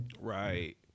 Right